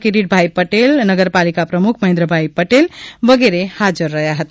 કિરીટભાઈ પટેલ નગરપાલિકા પ્રમુખ મહેન્દ્રભાઈ પટેલ વગેરે હાજર રહ્યા હતા